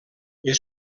una